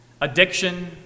addiction